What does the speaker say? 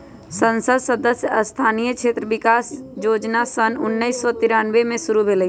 संसद सदस्य स्थानीय क्षेत्र विकास जोजना सन उन्नीस सौ तिरानमें में शुरु भेलई